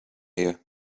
here